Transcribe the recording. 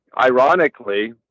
ironically